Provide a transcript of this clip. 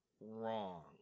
wrong